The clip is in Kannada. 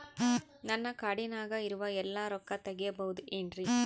ನನ್ನ ಕಾರ್ಡಿನಾಗ ಇರುವ ಎಲ್ಲಾ ರೊಕ್ಕ ತೆಗೆಯಬಹುದು ಏನ್ರಿ?